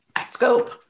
scope